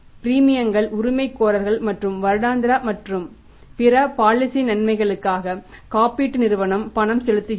பிரீமியங்கள் உரிமைகோரல்கள் மற்றும் வருடாந்திரங்கள் மற்றும் பிற பாலிசி நன்மைகளுக்காக காப்பீட்டு நிறுவனம் பணம் செலுத்துகிறது